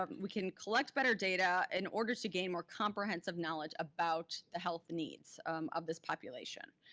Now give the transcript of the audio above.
um we can collect better data in order to gain more comprehensive knowledge about the health needs of this population.